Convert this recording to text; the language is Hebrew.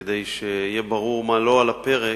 כדי שיהיה ברור מה לא על הפרק,